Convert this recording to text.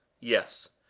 yes!